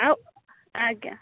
ଆଉ ଆଜ୍ଞା